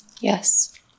Yes